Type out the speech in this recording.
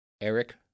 Eric